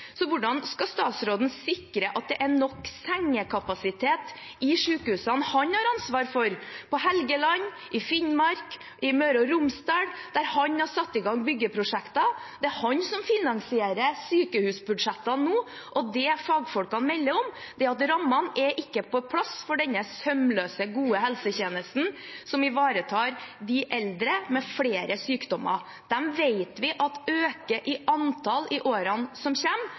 Hvordan skal statsråden sikre at det er nok sengekapasitet i sykehusene han har ansvaret for – på Helgeland, i Finnmark, i Møre og Romsdal, der han har satt i gang byggeprosjekter? Det er han som finansierer sykehusbudsjettene nå, og det fagfolkene melder om, er at rammene ikke er på plass for denne sømløse, gode helsetjenesten, som ivaretar de eldre med flere sykdommer. De vet vi at øker i antall i årene som